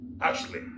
Ashley